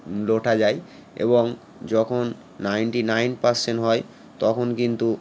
লোটা যায় এবং যখন নাইনটি নাইন পারসেন্ট হয় তখন কিন্তু